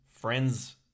Friends